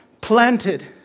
planted